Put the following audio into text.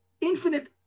infinite